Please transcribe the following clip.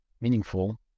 meaningful